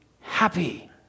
happy